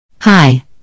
Hi